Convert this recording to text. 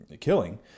killing